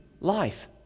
life